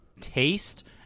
taste